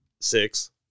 Six